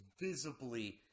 visibly